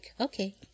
Okay